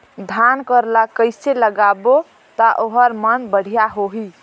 धान कर ला कइसे लगाबो ता ओहार मान बेडिया होही?